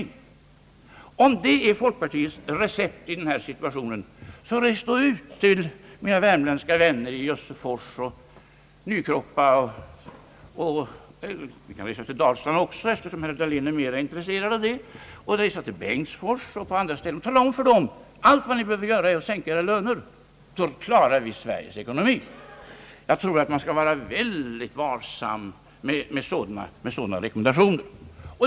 Om det är folkpartiets recept i den här situationen, res då ut till mina värmländska vänner i Jössefors och Nykroppa! Res gärna till Dalsland också, eftersom herr Dahlén är mera intresserad av det landskapet! Res till Bengtsfors och andra ställen och säg till de anställda där: Allt vi behöver göra för att klara Sveriges ekonomi är att sänka era löner! Jag tror att man bör vara väldigt varsam med sådana rekommendationer.